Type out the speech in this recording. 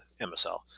MSL